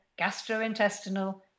gastrointestinal